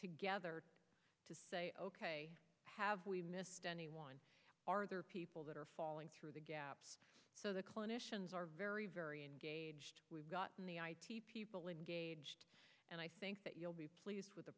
together to say ok have we missed anyone or other people that are falling through the gaps so the clinicians are very very engaged we've gotten the people engaged and i think that you'll be pleased with the